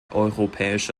europäische